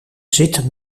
zitten